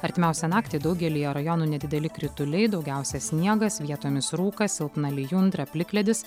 artimiausią naktį daugelyje rajonų nedideli krituliai daugiausia sniegas vietomis rūkas silpna lijundra plikledis